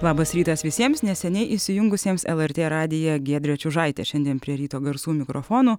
labas rytas visiems neseniai įsijungusiems lrt radiją giedrė čiužaitė šiandien prie ryto garsų mikrofono